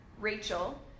Rachel